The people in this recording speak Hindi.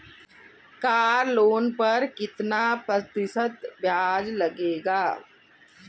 कार लोन पर कितना प्रतिशत ब्याज लगेगा?